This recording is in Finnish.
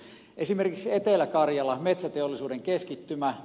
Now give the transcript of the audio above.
esimerkiksi etelä karjala metsäteollisuuden keskittymä